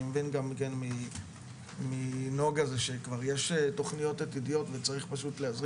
אני מבין גם מנגה שיש כבר תוכניות וצריך רק להתחיל